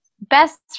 best